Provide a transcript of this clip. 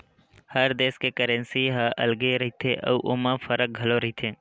हर देस के करेंसी ह अलगे रहिथे अउ ओमा फरक घलो रहिथे